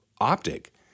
optic